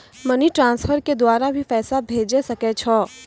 Money transfer के द्वारा भी पैसा भेजै सकै छौ?